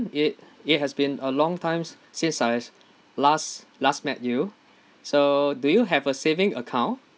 it it has been a long times since I has last last met you so do you have a saving account